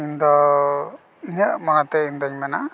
ᱤᱧ ᱫᱚ ᱤᱧᱟᱹᱜ ᱢᱚᱱᱮ ᱛᱮ ᱤᱧ ᱫᱚᱹᱧ ᱢᱮᱱᱟ